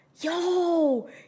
yo